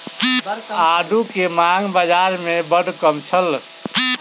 आड़ू के मांग बाज़ार में बड़ कम छल